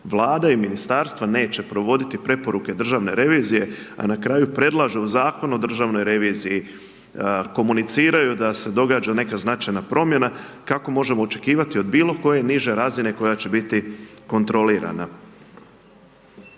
Vlada i ministarstva neće provoditi preporuke Državne revizije, a na kraju predlažu u Zakonu o državnoj reviziji, komuniciraju da se događa neka značajna promjena, kako možemo očekivati od bilo koje niže razine koja će biti kontrolirana.